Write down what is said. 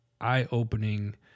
eye-opening